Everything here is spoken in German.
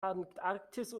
antarktis